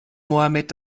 mohammed